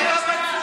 אבל למה קנסות?